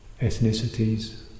ethnicities